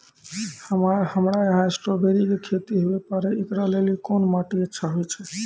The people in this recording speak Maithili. हमरा यहाँ स्ट्राबेरी के खेती हुए पारे, इकरा लेली कोन माटी अच्छा होय छै?